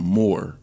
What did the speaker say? more